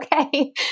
okay